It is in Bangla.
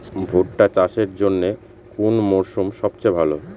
ভুট্টা চাষের জন্যে কোন মরশুম সবচেয়ে ভালো?